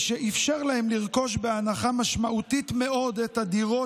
שאפשר להם לרכוש בהנחה משמעותית מאוד את הדירות